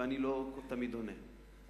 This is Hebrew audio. ואני לא תמיד עונה.